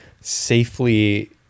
safely